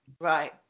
right